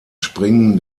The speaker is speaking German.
springen